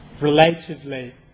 relatively